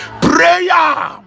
Prayer